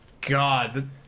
God